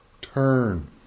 turn